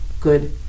good